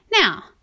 Now